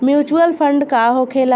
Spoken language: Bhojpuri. म्यूचुअल फंड का होखेला?